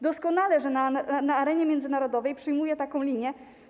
Doskonale, że na arenie międzynarodowej przyjmuje taką linię.